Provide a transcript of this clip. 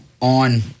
on